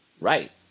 Right